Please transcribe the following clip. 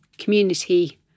community